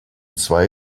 zwei